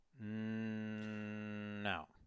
No